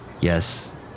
Yes